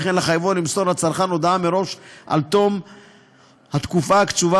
וכן לחייבו למסור לצרכן הודעה מראש על תום התקופה הקצובה